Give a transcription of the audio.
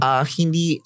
hindi